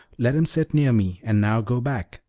let him sit near me and now go back,